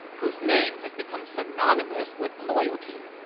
whose name has become synonymous with loyalty.